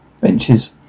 Benches